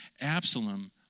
Absalom